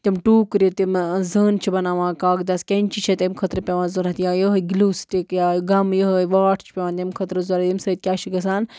تِم ٹوٗکرِ تِمہٕ زٲنہٕ چھِ بناوان کاکدَس کٮ۪نچی چھےٚ تَمۍ خٲطرٕ پٮ۪وان ضوٚرتھ یا یِہوٚے گِلوٗ سِٹِک یا گَم یِہوٚے واٹھ چھِ پٮ۪وان تَمہِ خٲطرٕ ضوٚرتھ ییٚمہِ سۭتۍ کیٛاہ چھِ گژھان